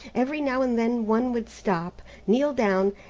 every now and then one would stop, kneel down,